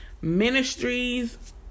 ministries